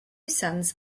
sons